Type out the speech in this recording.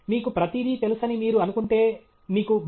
మీకు ప్రతిదీ తెలుసని మీరు అనుకుంటే మీకు B